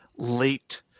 late